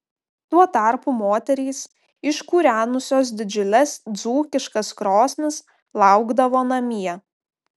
tuo tarpu moterys iškūrenusios didžiules dzūkiškas krosnis laukdavo namie